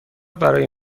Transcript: برای